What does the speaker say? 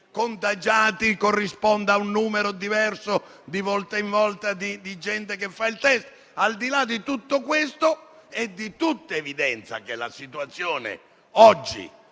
contagiati corrisponde a un numero diverso di volta in volta di persone che fanno il test. Al di là di tutto questo, è di tutta evidenza che oggi la situazione del